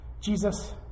Jesus